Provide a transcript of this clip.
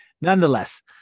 nonetheless